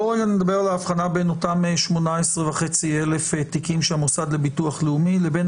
בוא נדבר על ההבחנה בין אותם 18,500 תיקים של המוסד לביטוח לאומי לבין